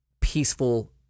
peaceful